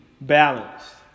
balanced